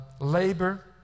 labor